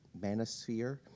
Manosphere